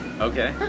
Okay